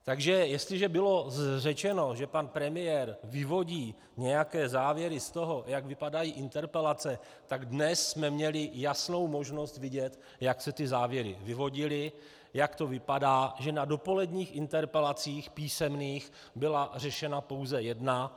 Takže jestliže bylo řečeno, že pan premiér vyvodí nějaké závěry z toho, jak vypadají interpelace, tak dnes jsme měli jasnou možnost vidět, jak se ty závěry vyvodily, jak to vypadá, že na dopoledních písemných interpelacích byla řešena pouze jedna.